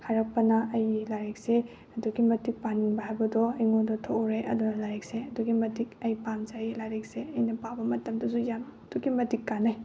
ꯍꯥꯏꯔꯛꯄꯅ ꯑꯩꯒꯤ ꯂꯥꯏꯔꯤꯛꯁꯦ ꯑꯗꯨꯛꯀꯤ ꯃꯇꯤꯛ ꯄꯥꯅꯤꯡꯕ ꯍꯥꯏꯕꯗꯣ ꯑꯩꯉꯣꯟꯗ ꯊꯣꯛꯎꯔꯦ ꯑꯗꯨꯅ ꯂꯥꯏꯔꯤꯛꯁꯦ ꯑꯗꯨꯛꯀꯤ ꯃꯇꯤꯛ ꯑꯩ ꯄꯥꯝꯖꯩ ꯂꯥꯏꯔꯤꯛꯁꯦ ꯑꯩꯅ ꯄꯥꯕ ꯃꯇꯝꯗꯁꯨ ꯌꯥꯝ ꯑꯗꯨꯛꯀꯤ ꯃꯇꯤꯛ ꯀꯥꯟꯅꯩ